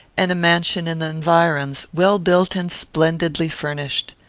and a mansion in the environs, well built and splendidly furnished.